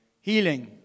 healing